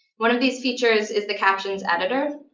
one of these features is the captions editor,